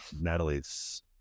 natalie's